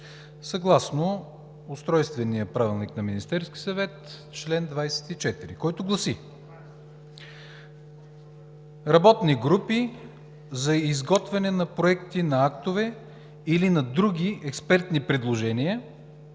съгласно Устройствения правилник на Министерския съвет – чл. 24, който гласи: „Работни групи за изготвяне на проекти на актове или на други експертни предложения